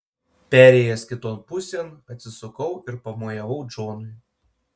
perėjęs kiton pusėn atsisukau ir pamojavau džonui